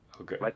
Okay